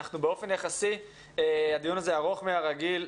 באופן יחסי הדיון הזה ארוך מהרגיל,